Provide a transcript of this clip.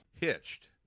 Hitched